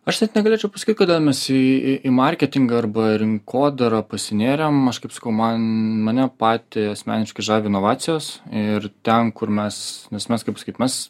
aš net negalėčiau pasakyt kodėl mes į į į marketingą arba rinkodarą pasinėrėm aš kaip sakau man mane patį asmeniškai žavi inovacijos ir ten kur mes nes mes kaip pasakyt mes